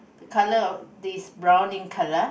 the colour of is brown in colour